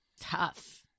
Tough